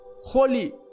holy